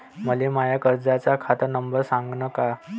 मले माया कर्जाचा खात नंबर सांगान का?